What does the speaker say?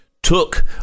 took